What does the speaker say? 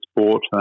sport